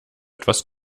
etwas